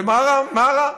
ומה רע?